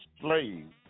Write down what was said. slaves